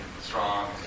strong